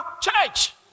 church